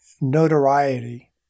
notoriety